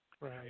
Right